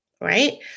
Right